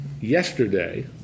Yesterday